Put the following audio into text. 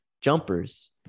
jumpers